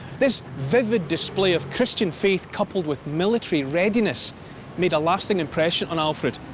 this vivid display of christian faith coupled with military readiness made a lasting impression on alfred.